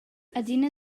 adina